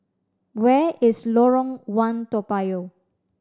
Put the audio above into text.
where is Lorong One Toa Payoh